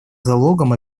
залогом